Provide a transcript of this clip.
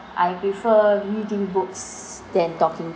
I prefer reading books than talking